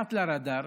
מתחת לרדאר,